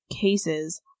cases